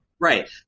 Right